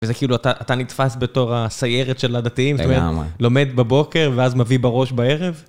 וזה כאילו, אתה נתפס בתור הסיירת של הדתיים? זאת אומרת, לומד בבוקר ואז מביא בראש בערב?